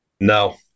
No